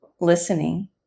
listening